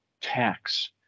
tax